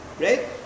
right